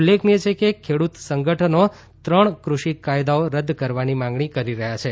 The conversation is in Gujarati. ઉલ્લેખનીય છે કે ખેડૂત સંગઠનો ત્રણ કૃષિ કાયદાઓ રદ્દ કરવાની માંગણી કરી રહ્યા છે